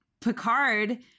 Picard